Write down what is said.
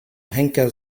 henker